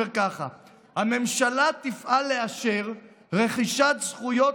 אומר ככה: "הממשלה תפעל לאפשר רכישת זכויות